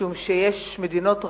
משום שמדינות רבות,